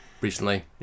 recently